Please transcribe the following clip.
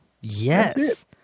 Yes